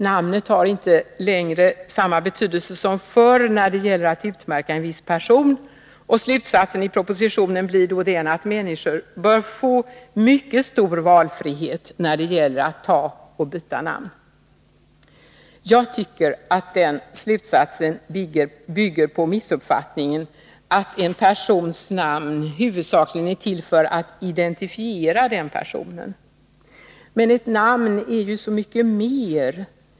Namnet har inte längre samma betydelse som förr, när det gäller att utmärka en viss person, och slutsatsen i propositionen blir då den att människor bör få mycket stor valfrihet när det gäller att ta och byta namn. Jag tycker att den slutsatsen bygger på missuppfattningen att en persons namn huvudsakligen är till för att identifiera den personen. Men ett namn är ju så mycket mer.